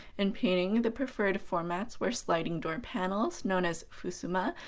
in painting, the prefered formats were sliding door panels, known as fusuma,